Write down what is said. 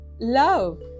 love